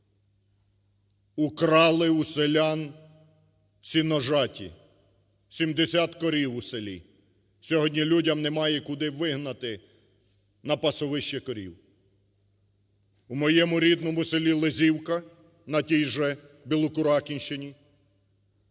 украли у селян сіножаті. Сімдесят корів у селі. Сьогодні людям немає куди вигнати на пасовище корів. В моєму рідному селіЛизівка, на тій же Білокуракинщині,